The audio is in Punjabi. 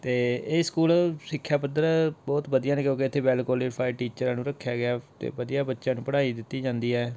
ਅਤੇ ਇਹ ਸਕੂਲ ਸਿੱਖਿਆ ਪੱਧਰ ਬਹੁਤ ਵਧੀਆ ਨੇ ਕਿਉਂਕਿ ਇੱਥੇ ਵੈਲ ਕੋਲੀਫਾਈ ਟੀਚਰਾਂ ਨੂੰ ਰੱਖਿਆ ਗਿਆ ਅਤੇ ਵਧੀਆ ਬੱਚਿਆਂ ਨੂੰ ਪੜ੍ਹਾਈ ਦਿੱਤੀ ਜਾਂਦੀ ਹੈ